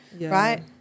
right